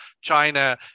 China